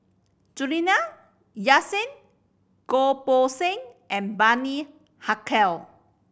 Juliana Yasin Goh Poh Seng and Bani Haykal